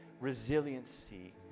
resiliency